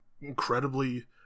incredibly